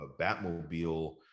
batmobile